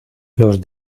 los